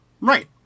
Right